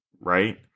right